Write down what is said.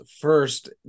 First